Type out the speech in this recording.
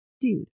Dude